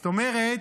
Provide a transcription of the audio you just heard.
זאת אומרת,